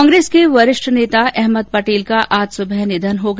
कांग्रेस के वरिष्ठ नेता अहमद पटेल का आज सुबह निधन हो गया